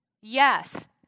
Yes